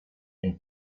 and